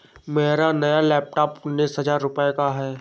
मेरा नया लैपटॉप उन्नीस हजार रूपए का है